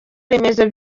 remezo